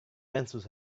pencils